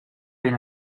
ben